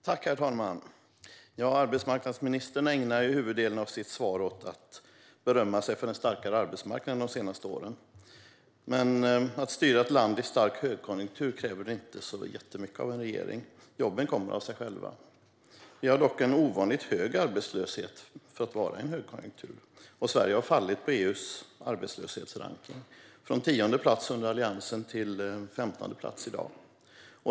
Herr talman! Arbetsmarknadsministern ägnar huvuddelen av sitt svar åt att berömma sig för den starkare arbetsmarknaden de senaste åren. Men att styra ett land i stark högkonjunktur kräver inte jättemycket av en regering. Jobben kommer av sig själva. Vi har dock ovanligt hög arbetslöshet för att vara i högkonjunktur, och Sverige har fallit i EU:s arbetslöshetsrankning från tionde plats under Alliansen till femtonde plats i dag.